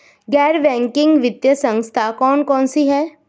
गैर बैंकिंग वित्तीय संस्था कौन कौन सी हैं?